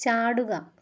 ചാടുക